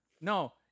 No